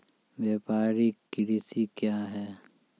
व्यापारिक कृषि क्या हैं?